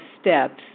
steps